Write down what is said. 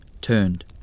turned